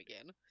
again